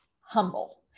humble